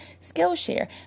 Skillshare